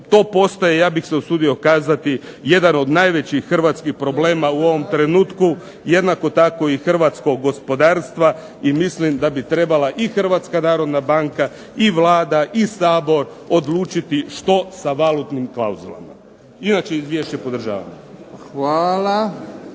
To postaje ja bih se usudio kazati jedan od najvećih hrvatskih problema u ovom trenutku, jednako tako i hrvatskog gospodarstva i mislim da bi trebala i HNB-a i Vlada i Sabor odlučiti što sa valutnim klauzulama. Inače izvješće podržavam.